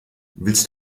willst